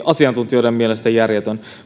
asiantuntijoiden mielestä järjetön